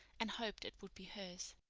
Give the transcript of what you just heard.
and hoped it would be hers.